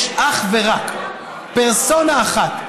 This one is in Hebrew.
יש אך ורק פרסונה אחת,